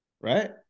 Right